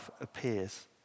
appears